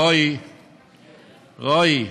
רועי,